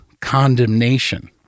condemnation